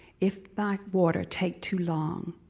if by water take to long,